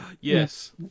yes